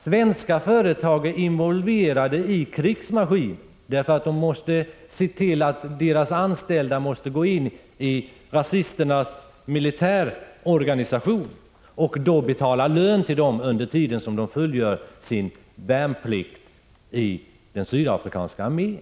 Svenska företag är involverade i krigsmaskinen, då deras anställda måste gåinirasisternas militärorganisation. De svenska företagen betalar lön till de anställda under tiden som de fullgör sin värnplikt i den sydafrikanska armén.